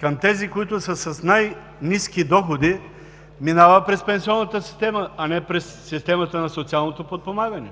към тези, които са с най-ниски доходи, минава през пенсионната система, а не през системата на социалното подпомагане?